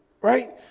Right